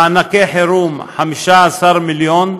מענקי חירום, 15 מיליון,